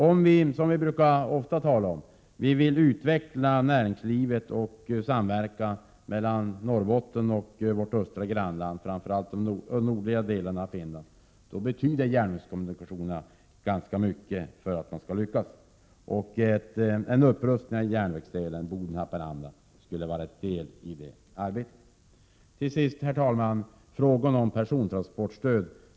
Om vi, vilket vi ofta talar om, vill utveckla näringslivet och ha samverkan mellan Norrbotten och vårt östra grannland Finland, framför allt de nordligaste delarna där, betyder järnvägskommunikationerna ganska mycket för att vi skall lyckas. En upprustning av järnvägsdelen Boden-Haparanda skulle vara en del i detta arbete. Till sist, herr talman, vill jag säga något om persontransportstödet.